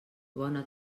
bona